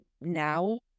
now